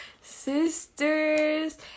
sisters